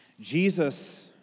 Jesus